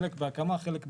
חלק בהקמה וחלק בשיווק.